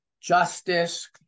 justice